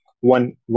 one